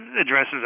addresses